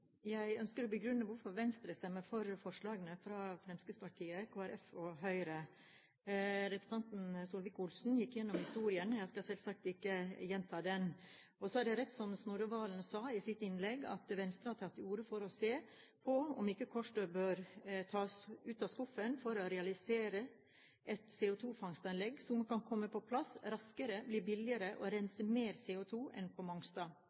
Jeg ønsker å begrunne hvorfor Venstre ønsker å stemme for forslagene fra Fremskrittspartiet, Kristelig Folkeparti og Høyre. Representanten Solvik-Olsen gikk gjennom historien. Jeg skal selvsagt ikke gjenta den. Og så er det rett, som Snorre Serigstad Valen sa i sitt innlegg, at Venstre har tatt til orde for å se på om ikke Kårstø bør tas ut av skuffen for å realisere et CO2-fangstanlegg som kan komme på plass raskere, bli billigere og rense mer CO2 enn på